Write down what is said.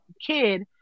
kid